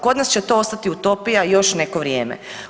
Kod nas će to ostati utopija još neko vrijeme.